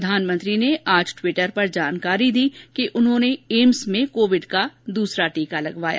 प्रधानमंत्री ने आज ट्वीटर पर जानकारी दी कि उन्होंने एम्स में कोविड का द्रसरा टीका लगवाया